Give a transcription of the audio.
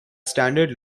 standard